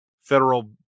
federal